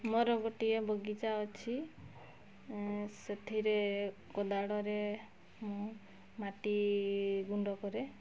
ମୋର ଗୋଟିଏ ବଗିଚା ଅଛି ସେଥିରେ କୋଦାଳରେ ମୁଁ ମାଟି ଗୁଣ୍ଡ କରେ